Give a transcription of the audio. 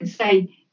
say